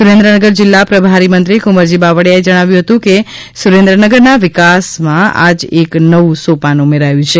સુરેન્દ્રનગર જિલ્લા પ્રભારીમંત્રી કુંવરજી બાવળીયાએ જણાવ્યું હતું કે સુરેન્દ્રનગરના વિકાસમાં આજ એક નવું સોપાન ઉમેરાયું છે